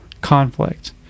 conflict